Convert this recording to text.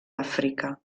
àfrica